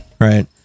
right